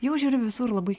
jau žiūriu visur labai